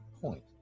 point